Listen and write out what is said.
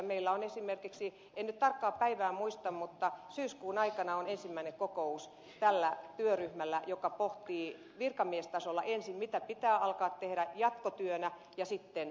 meillä on esimerkiksi en nyt tarkkaa päivää muista syyskuun aikana ensimmäinen kokous tällä työryhmällä joka pohtii virkamiestasolla ensin mitä pitää alkaa tehdä jatkotyönä ja sitten katsotaan